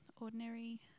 ordinary